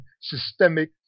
systemic